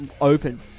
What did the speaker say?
open